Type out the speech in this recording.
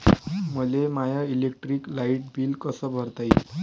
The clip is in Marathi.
मले माय इलेक्ट्रिक लाईट बिल कस भरता येईल?